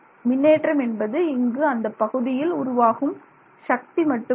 மின்னேற்றம் என்பது இங்கு அந்தப் பகுதியில் உருவாகும் சக்தி மட்டும் அல்ல